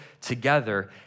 together